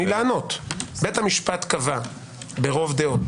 בית המשפט קבע ברוב דעות,